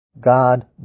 God